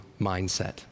mindset